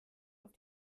auf